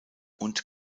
und